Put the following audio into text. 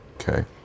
Okay